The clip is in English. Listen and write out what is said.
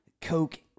Coke-